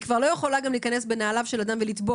היא כבר לא יכולה גם להיכנס בנעליו של אדם ולתבוע,